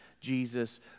Jesus